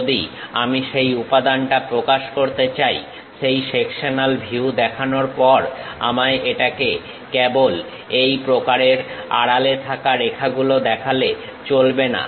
যদি আমি সেই উপাদানটা প্রকাশ করতে চাই সেই সেকশনাল ভিউ দেখানোর পর আমায় এটাকে কেবল এই প্রকারের আড়ালে থাকা রেখাগুলো দেখালে চলবে না